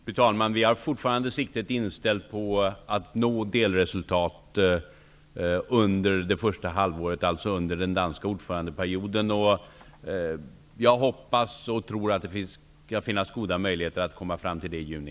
Fru talman! Vi har fortfarande siktet inställt på att nå delresultat under det första halvåret, dvs. under perioden med danskt ordförandeskap. Jag hoppas och tror att det skall finnas goda möjligheter att nå delresultat i juni.